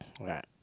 Right